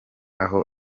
aho